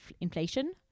inflation